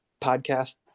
podcast